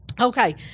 Okay